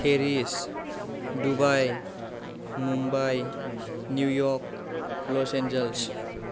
Paris Dubai Mumbai New York Los Engels